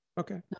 Okay